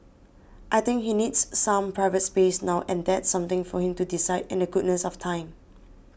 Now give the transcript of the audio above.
I think he needs some private space now and that's something for him to decide in the goodness of time